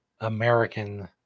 American